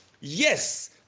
Yes